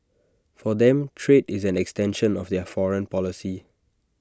for them trade is an extension of their foreign policy